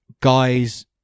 guys